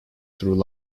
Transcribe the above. through